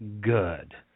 good